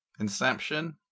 Inception